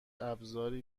ابزاری